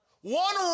One